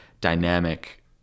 dynamic